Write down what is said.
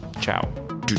Ciao